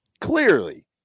clearly